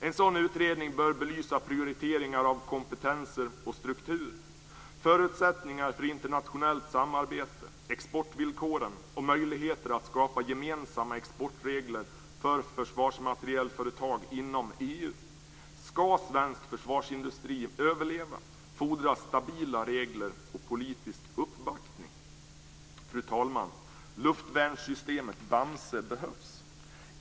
En sådan utredning bör belysa prioriteringar av kompetenser och struktur, förutsättningar för internationellt samarbete, exportvillkoren och möjligheter att skapa gemensamma exportregler för försvarsmaterielföretag inom EU. Skall svensk försvarsindustri överleva fordras stabila regler och politisk uppbackning. Fru talman! Luftvärnssystemet Bamse behövs.